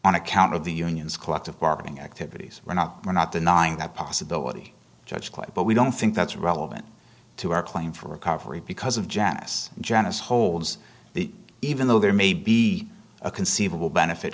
on account of the unions collective bargaining activities were not were not denying that possibility judge quite but we don't think that's relevant to our claim for recovery because of jackass janice holds the even though there may be a conceivable benefit